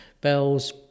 Bells